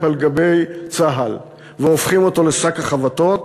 על גבי צה"ל והופכים אותו לשק החבטות,